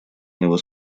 него